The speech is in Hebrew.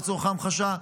לצורך ההמחשה,